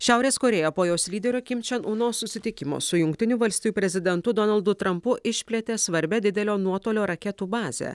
šiaurės korėja po jos lyderio kim čian uno susitikimo su jungtinių valstijų prezidentu donaldu trampu išplėtė svarbia didelio nuotolio raketų bazę